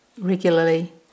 regularly